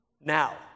Now